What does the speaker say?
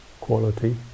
quality